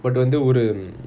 but வந்து ஒரு:vanthu oru